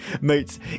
Mates